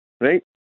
right